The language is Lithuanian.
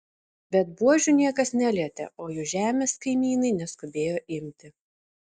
bet buožių niekas nelietė o jų žemės kaimynai neskubėjo imti